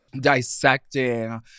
dissecting